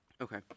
Okay